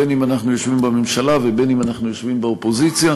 בין אם אנחנו יושבים בממשלה ובין אם אנחנו יושבים באופוזיציה.